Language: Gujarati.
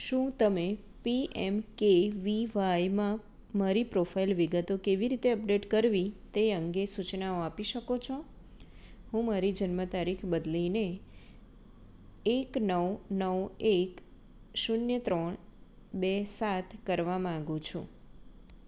શું તમે એમ કે વી વાય માં મારી પ્રોફાઇલ વિગતો કેવી રીતે અપડેટ કરવી તે અંગે સૂચનાઓ આપી શકો છો હું મારી જન્મ તારીખ બદલીને એક નવ વઉ એક શૂન્ય ત્રણ બે સાત કરવા માંગુ છું